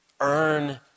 Earn